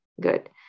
Good